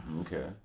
Okay